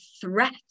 threat